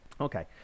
Okay